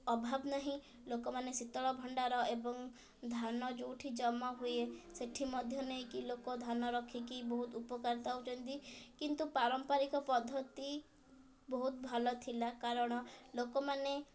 ଅଭାବ ନାହିଁ ଲୋକମାନେ ଶୀତଳ ଭଣ୍ଡାର ଏବଂ ଧାନ ଯେଉଁଠି ଜମା ହୁଏ ସେଇଠି ମଧ୍ୟ ନେଇକି ଲୋକ ଧାନ ରଖିକି ବହୁତ ଉପକାର ପାଉଛନ୍ତି କିନ୍ତୁ ପାରମ୍ପାରିକ ପଦ୍ଧତି ବହୁତ ଭଲ ଥିଲା କାରଣ ଲୋକମାନେ